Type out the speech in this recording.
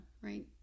right